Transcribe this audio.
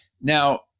Now